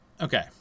okay